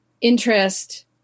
interest